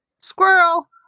Squirrel